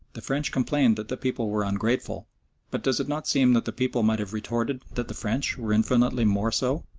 the french complained that the people were ungrateful but does it not seem that the people might have retorted that the french were infinitely more so?